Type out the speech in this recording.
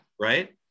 Right